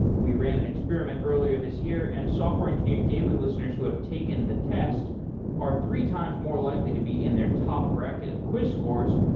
we ran an experiment earlier this year and software engineering daily listeners who have taken the test are three times more likely to be in their top bracket of quiz scores.